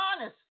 honest